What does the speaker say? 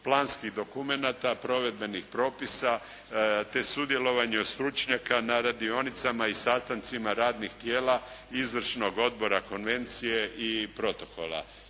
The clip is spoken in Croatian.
planskih dokumenta, provedbenih propisa te sudjelovanja stručnjaka na radionicama i sastancima radnih tijela izvršnog odbora, konvencije i protokola.